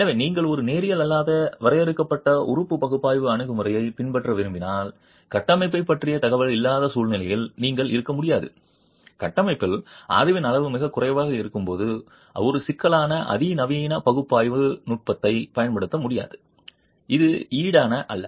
எனவே நீங்கள் ஒரு நேரியல் அல்லாத வரையறுக்கப்பட்ட உறுப்பு பகுப்பாய்வு அணுகுமுறையை பின்பற்ற விரும்பினால் கட்டமைப்பைப் பற்றிய தகவல்கள் இல்லாத சூழ்நிலையில் நீங்கள் இருக்க முடியாது கட்டமைப்பில் அறிவின் அளவு மிகக் குறைவாக இருக்கும்போது ஒரு சிக்கலான அதிநவீன பகுப்பாய்வு நுட்பத்தைப் பயன்படுத்த முடியாது இது ஈடான அல்ல